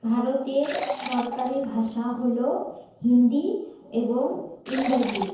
ভারতের সরকারি ভাষা হলো হিন্দি এবং ইংরাজি